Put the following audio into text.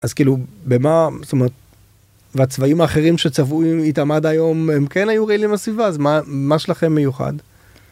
אז כאילו במה, זאת אומרת, והצבעים האחרים שצבעו איתם עד היום הם כן היו רעילים הסביבה, אז מה, מה שלכם מיוחד?